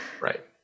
Right